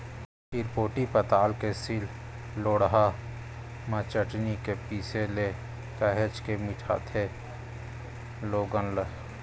चिरपोटी पताल के सील लोड़हा म चटनी के पिसे ले काहेच के मिठाथे लोगन ला